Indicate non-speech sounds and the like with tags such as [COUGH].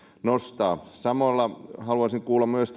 nostaa samalla haluaisin kuulla myös [UNINTELLIGIBLE]